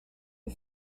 are